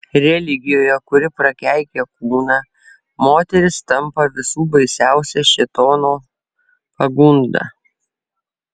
religijoje kuri prakeikia kūną moteris tampa visų baisiausia šėtono pagunda